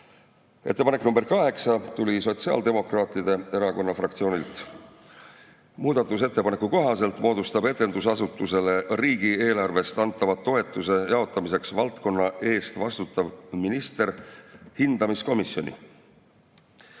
Ettepanek nr 8 tuli sotsiaaldemokraatide fraktsioonilt. Muudatusettepaneku kohaselt moodustab etendusasutusele riigieelarvest antava toetuse jaotamiseks valdkonna eest vastutav minister hindamiskomisjoni.